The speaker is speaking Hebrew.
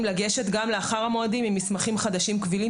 לגשת לאחר המועדים עם מסמכים חדשים קבילים.